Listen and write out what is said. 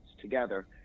together